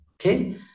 okay